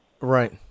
Right